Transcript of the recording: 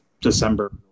December